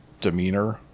demeanor